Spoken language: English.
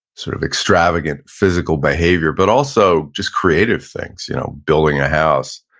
sort of extravagant physical behavior but also just creative things. you know building a house,